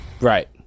right